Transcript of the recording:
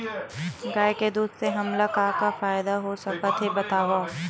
गाय के दूध से हमला का का फ़ायदा हो सकत हे बतावव?